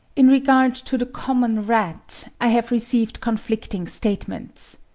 in regard to the common rat, i have received conflicting statements.